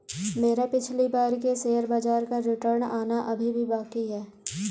मेरा पिछली बार के शेयर बाजार का रिटर्न आना अभी भी बाकी है